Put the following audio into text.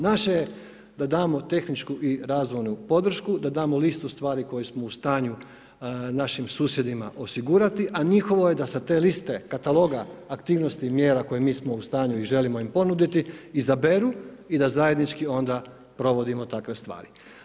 Naše je damo tehničku i razvojnu podršku da damo listu koju smo u stanju našim susjedima osigurati, a njihovo je da sa te liste kataloga aktivnosti i mjera koje mi smo u stanju i želimo im ponuditi izaberu i da zajednički onda provodimo takve stvari.